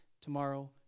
tomorrow